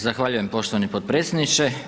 Zahvaljujem poštovani potpredsjedniče.